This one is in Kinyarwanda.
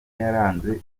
yaranze